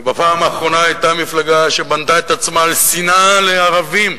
ובפעם האחרונה היתה מפלגה שבנתה את עצמה על שנאה לערבים,